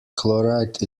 chloride